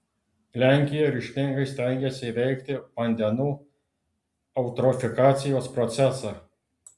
lenkija ryžtingai stengiasi įveikti vandenų eutrofikacijos procesą